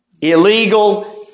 Illegal